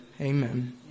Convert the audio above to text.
amen